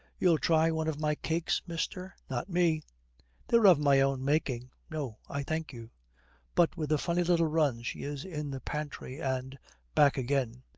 you'll try one of my cakes, mister not me they're of my own making no, i thank you but with a funny little run she is in the pantry and back again.